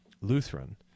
Lutheran